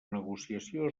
negociació